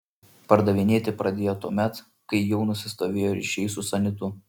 pardavinėti pradėjo tuomet kai jau nusistovėjo ryšiai su sanitu